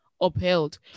upheld